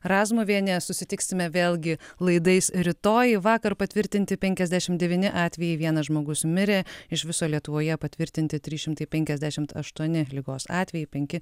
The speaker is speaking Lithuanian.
razmuvienė susitiksime vėlgi laidais rytoj vakar patvirtinti penkiasdešimt devyni atvejai vienas žmogus mirė iš viso lietuvoje patvirtinti trys šimtai penkiasdešimt aštuoni ligos atvejai penki